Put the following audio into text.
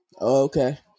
Okay